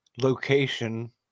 location